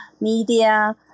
media